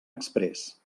exprés